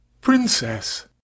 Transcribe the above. princess